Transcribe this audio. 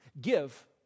Give